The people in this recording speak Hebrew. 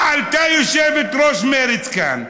עלתה יושבת-ראש מרצ לכאן.